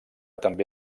també